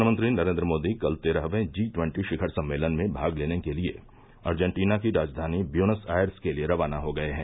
प्रधानमंत्री नरेन्द्र मोदी कल तेरहयें जी ट्वन्टी शिखर सम्मेलन में भाग लेने के लिए अर्जेन्टीना की राजधानी व्युनस आयर्स के लिए खाना हो गये हैं